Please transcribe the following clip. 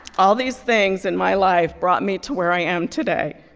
all these things in my life brought me to where i am today.